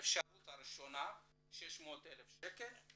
אפשרות ראשונה 600,000 שקל,